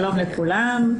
שלום לכולן.